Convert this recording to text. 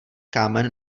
kámen